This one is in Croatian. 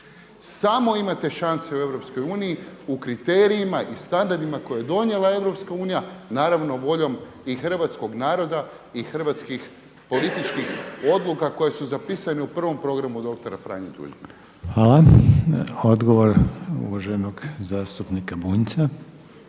Samo imate šanse u EU u kriterijima i standardima koje je donijela EU naravno voljom i hrvatskog naroda i hrvatskih političkih odluka koje su zapisane u prvom programu doktora Franje Tuđmana. **Reiner, Željko (HDZ)** Odgovor uvaženog zastupnika Bunjca.